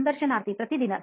ಸಂದರ್ಶನಾರ್ಥಿ ಪ್ರತಿ ದಿನ